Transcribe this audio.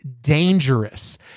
dangerous